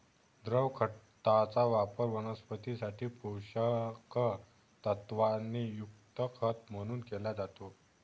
द्रव खताचा वापर वनस्पतीं साठी पोषक तत्वांनी युक्त खत म्हणून केला जातो